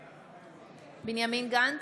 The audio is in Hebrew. בעד בנימין גנץ,